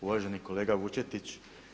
Uvaženi kolega Vučetić.